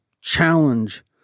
challenge